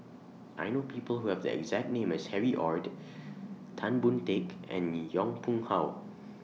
I know People Who Have The exact name as Harry ORD Tan Boon Teik and Yong Pung How